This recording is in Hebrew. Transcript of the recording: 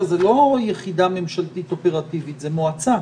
זה לא יחידה ממשלתית אופרטיבית, זו מועצה.